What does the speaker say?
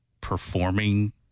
performing